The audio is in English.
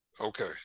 Okay